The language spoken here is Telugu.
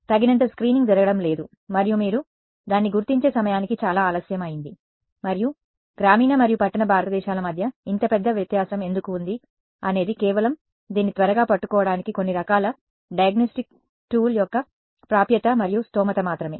తగినంత స్క్రీనింగ్ జరగడం లేదు మరియు మీరు దాన్ని గుర్తించే సమయానికి చాలా ఆలస్యం అయింది మరియు గ్రామీణ మరియు పట్టణ భారతదేశాల మధ్య ఇంత పెద్ద వ్యత్యాసం ఎందుకు ఉంది అనేది కేవలం దీన్ని త్వరగా పట్టుకోడానికి కొన్ని రకాల డయాగ్నస్టిక్ టూల్ యొక్క ప్రాప్యత మరియు స్థోమత మాత్రమే